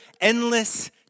endless